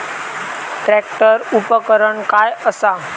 Tractor उपकरण काय असा?